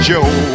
Joe